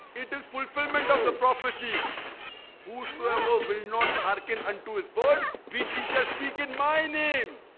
it is fulfillment of the prophecy whosoever will not hearken unto his word he shall speak in my name